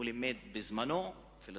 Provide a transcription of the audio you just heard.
אבל הוא לימד בזמנו פילוסופיה.